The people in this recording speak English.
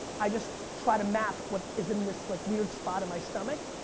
i just try to map what is in this like weird spot in my stomach.